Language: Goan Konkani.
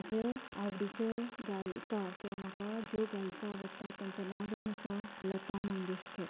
म्हाजें आवडीच्यो गायिका किंवा म्हाका ज्यो गायिका आवडटा तेंचें नांव जावन आसा लता मंगेश्कर